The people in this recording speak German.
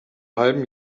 halben